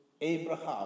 Abraham